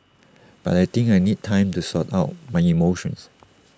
but I think I need time to sort out my emotions